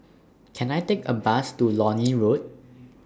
Can I Take A Bus to Lornie Road